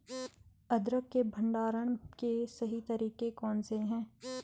अदरक के भंडारण के सही तरीके कौन से हैं?